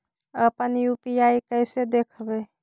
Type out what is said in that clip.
अपन यु.पी.आई कैसे देखबै?